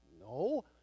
No